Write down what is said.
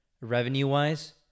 revenue-wise